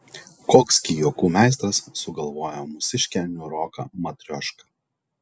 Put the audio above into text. koks gi juokų meistras sugalvojo mūsiškę niūroką matriošką